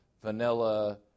vanilla